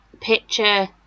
picture